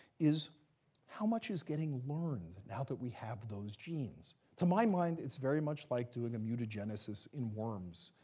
is how much is getting learned now that we have those genes. to my mind, it's very much like doing a mutagenesis in worms,